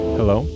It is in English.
Hello